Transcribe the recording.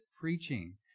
preaching